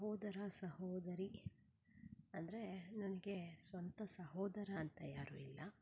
ಸಹೋದರ ಸಹೋದರಿ ಅಂದರೆ ನನಗೆ ಸ್ವಂತ ಸಹೋದರ ಅಂತ ಯಾರೂ ಇಲ್ಲ